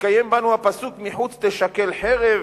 נתקיים בנו הפסוק: "מחוץ תשכל חרב,